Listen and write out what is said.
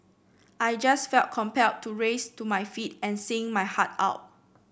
I just felt compelled to rise to my feet and sing my heart out